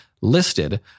listed